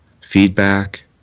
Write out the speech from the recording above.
feedback